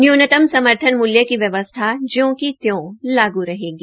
न्यूनतम समर्थन मूल्य की व्यवस्था ज्यों की त्यों लागू रहेगी